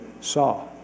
saw